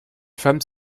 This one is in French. femmes